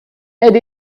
elle